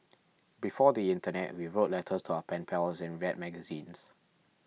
before the internet we wrote letters to our pen pals and read magazines